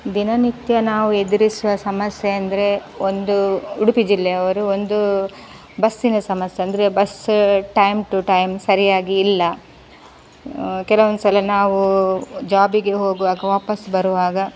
ದಿನನಿತ್ಯ ನಾವು ಎದುರಿಸುವ ಸಮಸ್ಯೆ ಅಂದರೆ ಒಂದು ಉಡುಪಿ ಜಿಲ್ಲೆಯವರು ಒಂದು ಬಸ್ಸಿನ ಸಮಸ್ಯೆ ಅಂದರೆ ಬಸ್ಸ ಟೈಮ್ ಟು ಟೈಮ್ ಸರಿಯಾಗಿ ಇಲ್ಲ ಕೆಲವೊಂದು ಸಲ ನಾವು ಜಾಬಿಗೆ ಹೋಗುವಾಗ ವಾಪಸ್ ಬರುವಾಗ